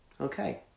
Okay